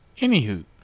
anywho